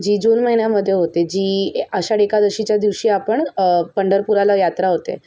जी जून महिन्यामध्ये होते जी आषाढी एकादशीच्या दिवशी आपण पंढरपुराला यात्रा होते